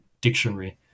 dictionary